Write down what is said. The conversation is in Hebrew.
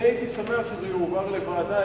אני הייתי שמח אם זה יועבר לוועדה,